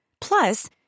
Plus